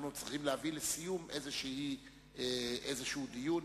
אנחנו צריכים להביא לסיום איזה דיון.